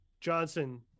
Johnson